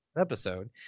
episode